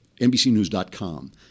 NBCnews.com